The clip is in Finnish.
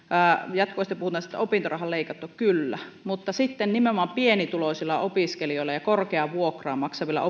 jatkuvasti puhutaan että opintorahaa on leikattu kyllä mutta nimenomaan pienituloisilla opiskelijoilla ja korkeaa vuokraa maksavilla